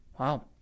Wow